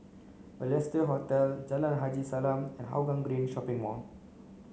Balestier Hotel Jalan Haji Salam and Hougang Green Shopping Mall